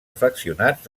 afeccionats